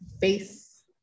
face